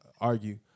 argue